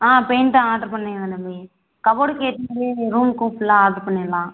ஆ பெயிண்ட்டும் ஆர்டர் பண்ணிவிடுங்க தம்பி கபோர்டுக்கு ஏற்றமேரியே ரூம்க்கும் ஃபுல்லாக ஆர்டர் பண்ணிடலாம்